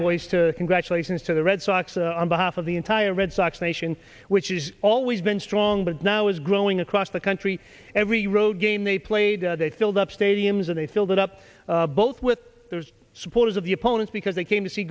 voice to congratulations to the red sox on behalf of the entire red sox nation which has always been strong but now is growing across the country every road game they played they filled up stadiums and they filled it up both with their supporters of the opponents because they came to see